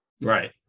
Right